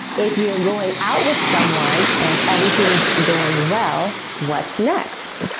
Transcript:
if you're going out with someone and everything's going well, what's next?